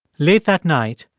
late that night,